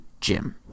Jim